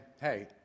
hey